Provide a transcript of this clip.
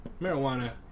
marijuana